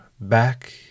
back